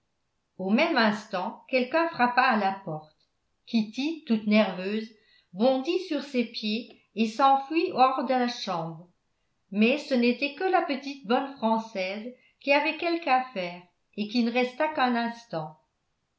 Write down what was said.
au même instant quelqu'un frappa à la porte kitty toute nerveuse bondit sur ses pieds et s'enfuit hors de la chambre mais ce n'était que la petite bonne française qui avait quelque affaire et qui ne resta qu'un instant